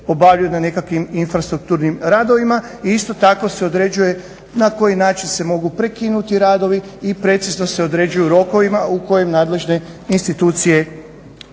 obavljaju na nekakvim infrastrukturnim radovima i isto tako se određuje na koji način se mogu prekinuti radovi i precizno se određuju rokovima u kojim nadležne institucije